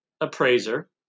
appraiser